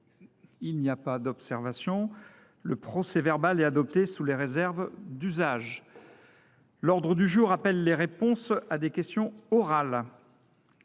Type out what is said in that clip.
Il n’y a pas d’observation ?… Le procès verbal est adopté sous les réserves d’usage. L’ordre du jour appelle les réponses à des questions orales.